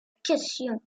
question